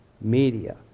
media